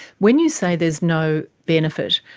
when you say there is no benefit,